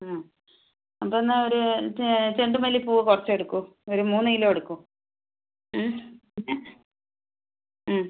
ആ അപ്പം എന്നാ ഒര് ചെണ്ടുമല്ലിപ്പൂ കുറച്ച് എടുക്കൂ ഒര് മൂന്ന് കിലോ എടുക്കൂ മ് പിന്നെ മ്